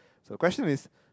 so question is